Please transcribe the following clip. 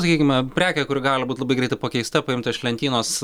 sakykime prekę kuri gali būti labai greitai pakeista paimta iš lentynos